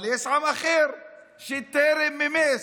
אבל יש עם אחר שטרם מימש,